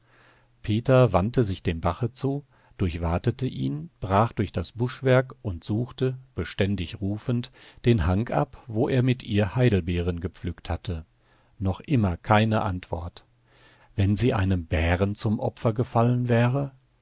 peter wandte sich dem bache zu durchwatete ihn brach durch das buschwerk und suchte beständig rufend den hang ab wo er mit ihr heidelbeeren gepflückt hatte noch immer keine antwort wenn sie einem bären zum opfer gefallen wäre